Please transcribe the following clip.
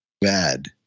bad